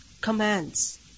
commands